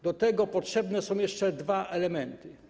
Do tego potrzebne są jeszcze dwa elementy.